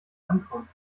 ankommen